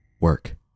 work